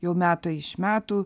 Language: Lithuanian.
jau metai iš metų